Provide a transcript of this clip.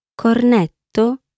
Cornetto